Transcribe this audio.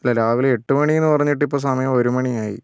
അല്ലാ രാവിലെ എട്ട് മണീന്നു പറഞ്ഞിട്ട് ഇപ്പൊൾ സമയം ഒരു മണിയായി